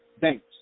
thanks